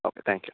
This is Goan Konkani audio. okay thank you